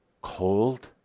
cold